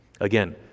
Again